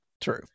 True